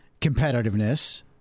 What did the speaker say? competitiveness